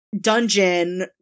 dungeon